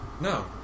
No